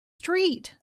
street